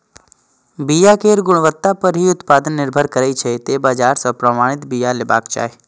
बिया केर गुणवत्ता पर ही उत्पादन निर्भर करै छै, तें बाजार सं प्रमाणित बिया लेबाक चाही